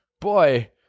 Boy